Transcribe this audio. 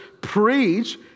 preach